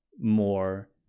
more